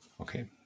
Okay